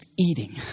eating